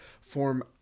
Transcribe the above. form